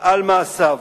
על מעשיו.